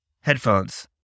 headphones